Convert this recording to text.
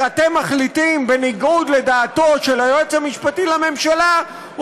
אתם מחליטים בניגוד לדעתו של היועץ המשפטי של הממשלה,